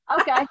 Okay